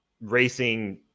racing